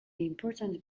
important